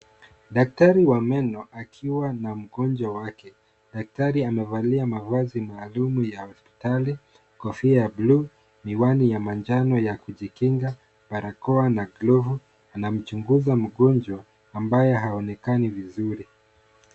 Daktari wa meno akiwa na mgonjwa wake, Daktari amevalia mavazi maalum ya udaktari, kofia ya buluu, miwani ya manjano ya kujikinga, barakoa na glovu. Anamchunguza mgonjwa ambaye haonekani vizuri.